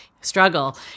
struggle